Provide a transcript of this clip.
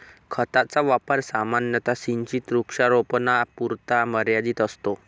खताचा वापर सामान्यतः सिंचित वृक्षारोपणापुरता मर्यादित असतो